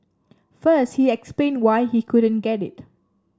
first he explained why he couldn't get it